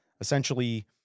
essentially